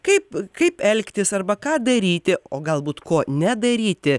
kaip kaip elgtis arba ką daryti o galbūt ko nedaryti